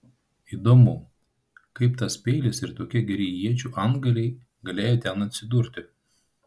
įdomu kaip tas peilis ir tokie geri iečių antgaliai ten galėjo atsidurti